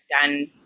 done